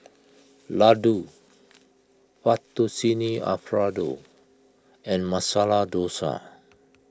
Ladoo Fettuccine Alfredo and Masala Dosa